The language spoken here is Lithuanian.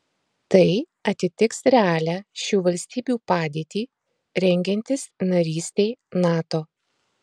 tai atitiks realią šių valstybių padėtį rengiantis narystei nato